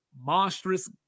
monstrous